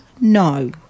no